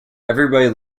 everybody